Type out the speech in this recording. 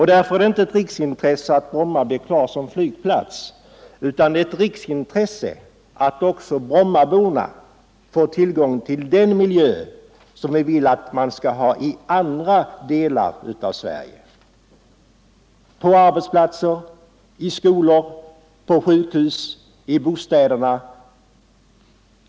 Därför är det inte ett riksintresse att Bromma flygplats bibehålles — det är ett riksintresse att också brommaborna får tillgång till den miljö som vi vill att man skall ha i andra delar av Sverige — på arbetsplatser, i skolor, på sjukhus och i bostäder.